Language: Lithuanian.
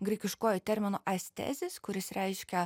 graikiškuoju terminu aesthesis kuris reiškia